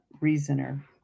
Reasoner